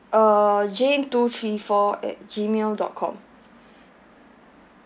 uh jane two three four at Gmail dot com